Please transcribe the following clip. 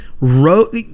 wrote